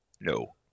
no